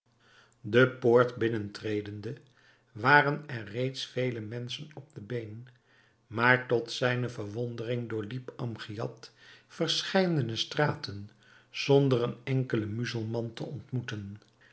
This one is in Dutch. de poort binnentredende waren er reeds vele menschen op de been maar tot zijne verwondering doorliep amgiad verscheidene straten zonder een enkelen muzelman te ontmoeten